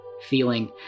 feeling